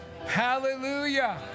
Hallelujah